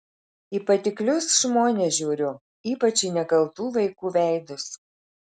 į patiklius žmones žiūriu ypač į nekaltų vaikų veidus